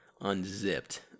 unzipped